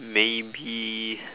maybe